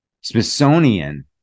Smithsonian